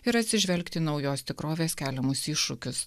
ir atsižvelgti į naujos tikrovės keliamus iššūkius